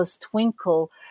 Twinkle